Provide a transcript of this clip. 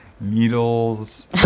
needles